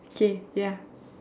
K ya